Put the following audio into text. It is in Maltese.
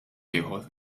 ieħor